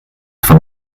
von